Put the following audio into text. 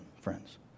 friends